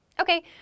Okay